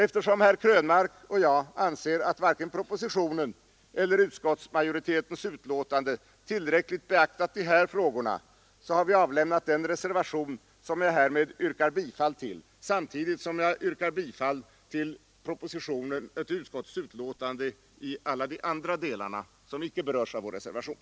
Eftersom herr Krönmark och jag anser att man varken i propositionen eller i utskottsmajoritetens betänkande tillräckligt beaktat de här frågorna har vi avlämnat den reservation som jag härmed yrkar bifall till, samtidigt som jag yrkar bifall till utskottets hemställan i de delar som icke berörs av vår reservation.